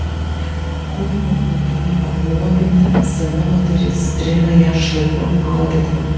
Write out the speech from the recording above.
kunigo krūtinė apnuoginta sena moteris trina ją šlapiu audeklu